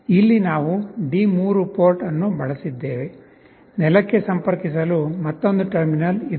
ಇಲ್ಲಿ ನಾವು D3 port ಅನ್ನು ಬಳಸಿದ್ದೇವೆ ನೆಲಕ್ಕೆ ಸಂಪರ್ಕಿಸಲು ಮತ್ತೊಂದು ಟರ್ಮಿನಲ್ ಇದೆ